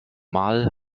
mal